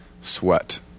sweat